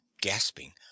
gasping